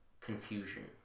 Confusion